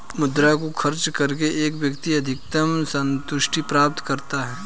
मुद्रा को खर्च करके एक व्यक्ति अधिकतम सन्तुष्टि प्राप्त करता है